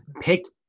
picked